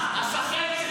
גולן.